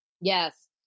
yes